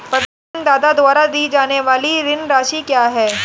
प्रत्येक ऋणदाता द्वारा दी जाने वाली ऋण राशि क्या है?